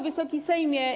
Wysoki Sejmie!